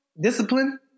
Discipline